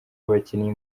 abakinnyi